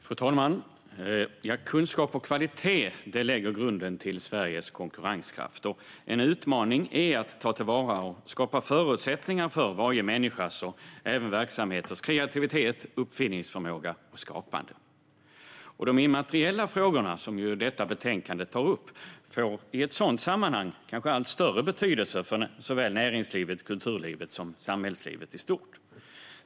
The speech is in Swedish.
Fru talman! Kunskap och kvalitet lägger grunden för Sveriges konkurrenskraft. En utmaning är att ta till vara och skapa förutsättningar för varje människas och även verksamheters kreativitet, uppfinningsförmåga och skapande. De immateriella frågorna, som detta betänkande tar upp, får i ett sådant sammanhang allt större betydelse för såväl näringslivet och kulturlivet som samhällslivet i stort.